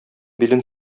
билен